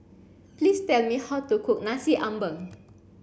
please tell me how to cook Nasi Ambeng